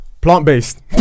plant-based